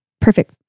perfect